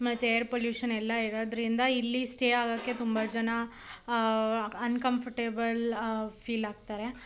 ಮತ್ತು air pollution ಎಲ್ಲ ಇರೋದ್ರಿಂದ ಇಲ್ಲಿ ಸ್ಟೇ ಆಗೋಕ್ಕೆ ತುಂಬ ಜನ ಅನ್ಕಂಫಟೇಬಲ್ ಫೀಲ್ ಆಗ್ತಾರೆ